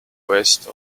west